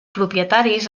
propietaris